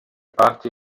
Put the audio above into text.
parti